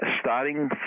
starting